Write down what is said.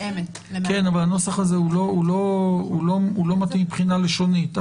לא נוסח שמתאים מבחינה לשונית.